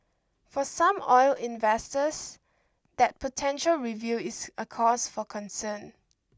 for some oil investors that potential review is a cause for concern